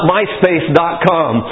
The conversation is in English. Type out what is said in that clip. MySpace.com